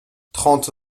trente